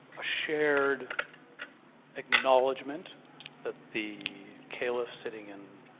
a shared acknowledgement that the caliph sitting in